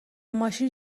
ماشین